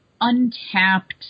untapped